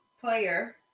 player